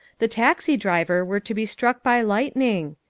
the taxi-driver were to be struck by lightning.